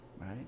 Right